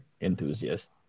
enthusiast